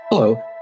Hello